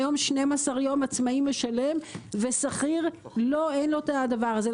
היום 12 ימים עצמאי משלם ושכיר אין לו הדבר הזה.